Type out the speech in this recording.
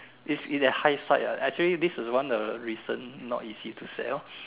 is is a highsight ah actually this is one the reason not easy to sell